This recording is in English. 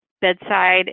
bedside